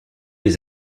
les